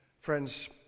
Friends